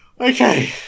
Okay